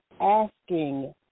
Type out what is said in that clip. asking